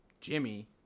Jimmy